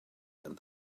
and